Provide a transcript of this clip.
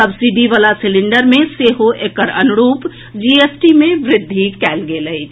subsidy वला cylinder मे सेहो एकर अनुरूप जीएसटी मे वृद्धि कयल गेल अछि